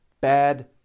bad